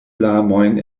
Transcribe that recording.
larmojn